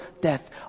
death